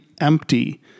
empty